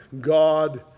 God